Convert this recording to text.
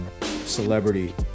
celebrity